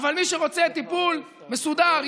אבל מי שרוצה טיפול מסודר,